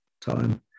time